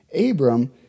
Abram